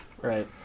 Right